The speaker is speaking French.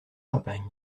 champagne